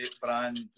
brand